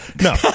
No